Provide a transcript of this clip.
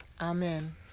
Amen